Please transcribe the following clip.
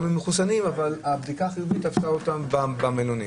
שאם הם מחוסנים והבדיקה החיובית תפסה אותם במלונית.